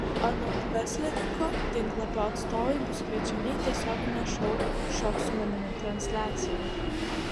anot verslininko tinklapio atstovai bus kviečiami į tiesioginę šou šok su manimi transliaciją